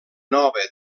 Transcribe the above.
nova